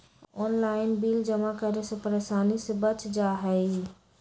Online bill जमा करे से परेशानी से बच जाहई?